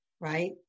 right